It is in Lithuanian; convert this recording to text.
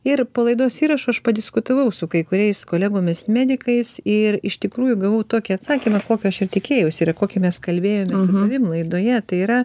ir po laidos įrašo aš padiskutavau su kai kuriais kolegomis medikais ir iš tikrųjų gavau tokį atsakymą kokio aš ir tikėjausi ir kokį mes kalbėjomės su tavim laidoje tai yra